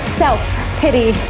self-pity